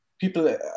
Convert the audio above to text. people